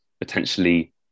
potentially